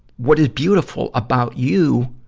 what is beautiful about you